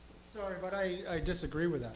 sorry, but i disagree with